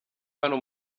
hano